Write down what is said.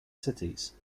cities